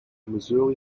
missouri